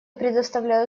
предоставляю